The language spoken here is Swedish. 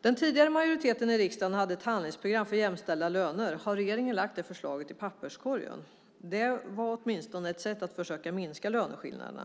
Den tidigare majoriteten i riksdagen hade ett handlingsprogram för jämställda löner. Har regeringen lagt det förslaget i papperskorgen? Det var åtminstone ett sätt att försöka minska löneskillnaderna.